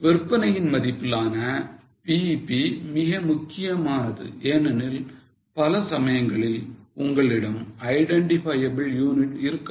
விற்பனையின் மதிப்பில் ஆன BEP மிக முக்கியமானது ஏனெனில் பல சமயங்களில் உங்களிடம் identifiable unit இருக்காது